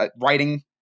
writing